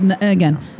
again